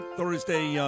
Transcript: Thursday